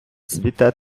цвіте